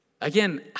Again